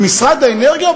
במשרד האנרגיה,